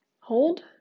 hold